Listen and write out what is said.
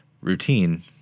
routine